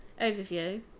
overview